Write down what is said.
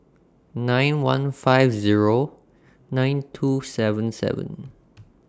nine one five Zero nine two seven seven